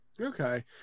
okay